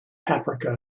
paprika